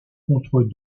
contre